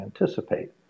anticipate